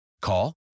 Call